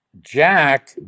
Jack